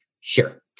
Sure